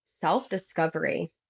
self-discovery